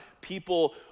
people